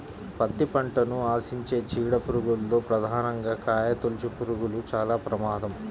పత్తి పంటను ఆశించే చీడ పురుగుల్లో ప్రధానంగా కాయతొలుచుపురుగులు చాలా ప్రమాదం